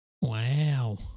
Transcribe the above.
Wow